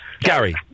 Gary